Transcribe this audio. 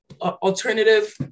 alternative